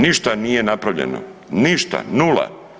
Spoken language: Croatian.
Ništa nije napravljeno, ništa, nula.